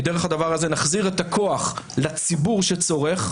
דרך הדבר הזה נחזיר את הכוח לציבור שצורך.